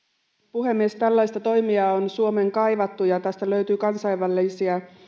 puhemies tällaista toimijaa on suomeen kaivattu ja tällaisesta löytyy kansainvälisiä